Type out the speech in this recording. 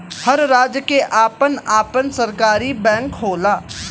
हर राज्य के आपन आपन सरकारी बैंक होला